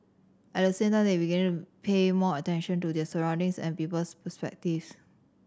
at the same time they begin pay more attention to their surroundings and people's perspectives